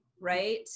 right